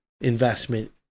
investment